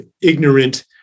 ignorant